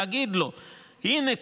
להגיד לו: הינה,